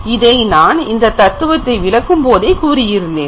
இதை நான் இந்த தத்துவத்தை விளக்கும் போதே கூறியிருந்தேன்